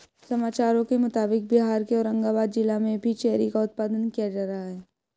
समाचारों के मुताबिक बिहार के औरंगाबाद जिला में भी चेरी का उत्पादन किया जा रहा है